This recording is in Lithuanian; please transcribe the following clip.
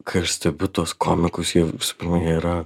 kai aš stebiu tuos komikus jie visų pirma jie yra